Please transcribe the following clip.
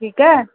ठीकु आहे